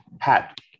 hat